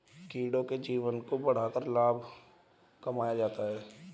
कीड़ों के जीवन को बढ़ाकर लाभ कमाया जाता है